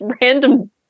random